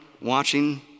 watching